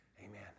Amen